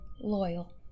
loyal